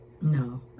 No